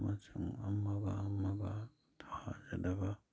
ꯑꯃꯁꯨꯡ ꯑꯃꯒ ꯑꯃꯒ ꯊꯥꯖꯗꯕ